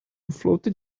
floated